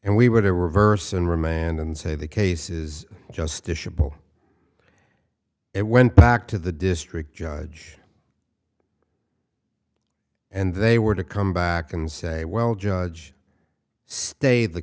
and we were to reverse and remand and say the case is justiciable it went back to the district judge and they were to come back and say well judge stay the